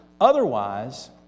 Otherwise